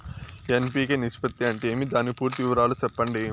NPK నిష్పత్తి అంటే ఏమి దాని పూర్తి వివరాలు సెప్పండి?